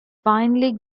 finally